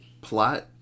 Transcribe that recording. plot